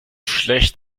schlecht